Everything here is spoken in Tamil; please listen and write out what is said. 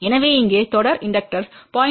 எனவே இங்கே தொடர் இண்டக்டர் 0